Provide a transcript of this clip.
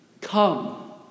Come